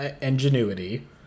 ingenuity